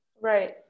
Right